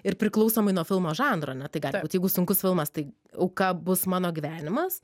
ir priklausomai nuo filmo žanro ane tai gali būt jeigu sunkus filmas tai auka bus mano gyvenimas